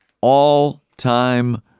all-time